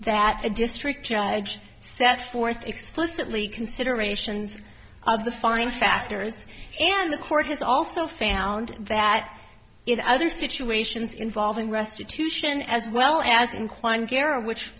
that a district judge so that's fourth explicitly considerations of the final factors and the court has also found that in other situations involving restitution as well as in